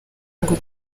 ngo